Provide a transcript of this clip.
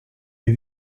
des